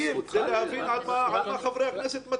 צריך להבין על מה חברי הכנסת מצביעים.